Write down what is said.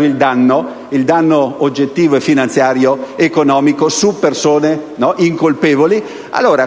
il danno oggettivo, finanziario ed economico) su persone incolpevoli.